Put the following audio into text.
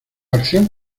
acción